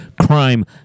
crime